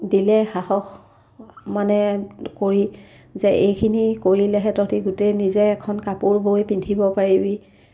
দিলে সাহস মানে কৰি যে এইখিনি কৰিলেহে তহঁতি গোটেই নিজে এখন কাপোৰ বৈ পিন্ধিব পাৰিবি